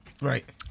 Right